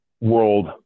world